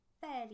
fairly